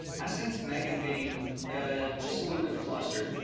i sensed meghan being just a little bit flustered.